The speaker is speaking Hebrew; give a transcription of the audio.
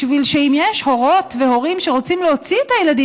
בשביל שאם יש הורות והורים שרוצים להוציא את הילדים